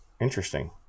interesting